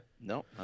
no